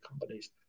companies